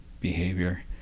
behavior